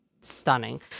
stunning